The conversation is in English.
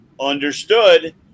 understood